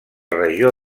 regió